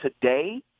today